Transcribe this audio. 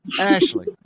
Ashley